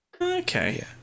Okay